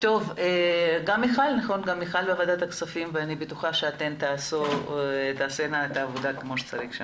גם מיכל בוועדת הכספים ואני בטוחה שאתן תעשינה את העבודה כמו שצריך שם.